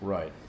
Right